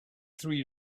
three